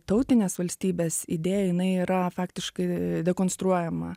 tautinės valstybės idėja jinai yra faktiškai dekonstruojama